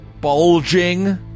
bulging